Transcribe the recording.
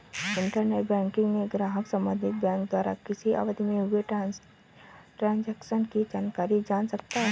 internet banking से ग्राहक संबंधित बैंक द्वारा किसी अवधि में हुए ट्रांजेक्शन की जानकारी जान सकता है